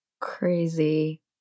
Crazy